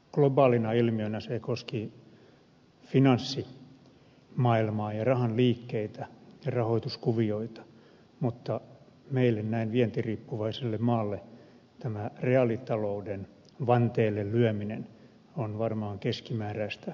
globaalina ilmiönä se koski finanssimaailmaa ja rahan liikkeitä ja rahoituskuvioita mutta meille näin vientiriippuvaiselle maalle tämä reaalitalouden vanteelle lyöminen on varmaan keskimääräistä rankempaa